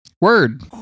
word